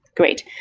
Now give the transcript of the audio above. great.